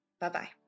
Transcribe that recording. Bye-bye